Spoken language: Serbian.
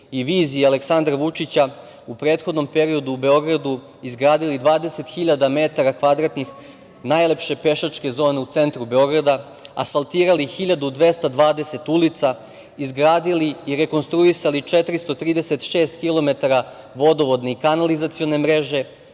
i viziji Aleksandra Vučića u prethodnom periodu u Beogradu izgradili 20.000 metara kvadratnih najlepše pešačke zone u centru Beograda, asfaltirali 1.220 ulica, izgradili i rekonstruisali 436 kilometara vodovodne i kanalizacione mreže,